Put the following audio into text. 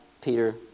Peter